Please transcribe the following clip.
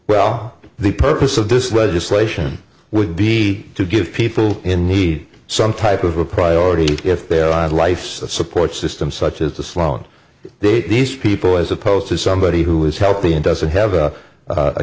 well the purpose of this legislation would be to give people in need some type of a priority if they are life support system such as the sloan these people as opposed to somebody who is healthy and doesn't have a